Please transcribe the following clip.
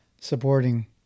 supporting